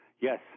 Yes